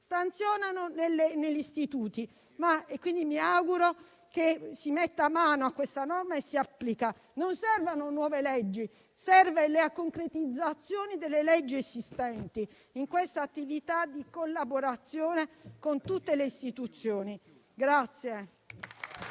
stazionino negli istituti. Mi auguro che si metta mano a questa norma e che la si applichi. Non servono nuove leggi, ma la concretizzazione di quelle esistenti, in quest'attività di collaborazione con tutte le istituzioni.